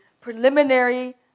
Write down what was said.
preliminary